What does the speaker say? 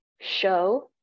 show